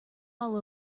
all